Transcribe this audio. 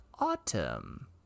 autumn